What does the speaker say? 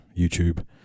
YouTube